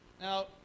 now